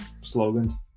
slogan